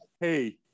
hey